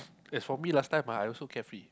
as for me last time ah I also carefree